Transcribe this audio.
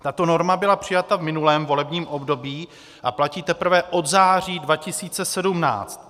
Tato norma byla přijata v minulém volebním období a platí teprve od září 2017.